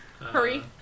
Hurry